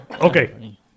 okay